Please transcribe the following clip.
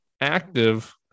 active